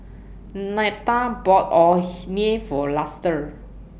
Nita bought Orh Nee For Luster